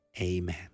amen